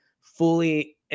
fully